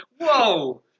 Whoa